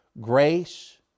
Grace